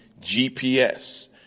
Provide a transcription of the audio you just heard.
GPS